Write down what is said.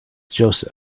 joseph